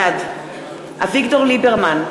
בעד אביגדור ליברמן,